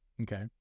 Okay